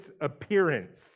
appearance